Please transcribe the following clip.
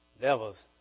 devils